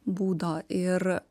būdo ir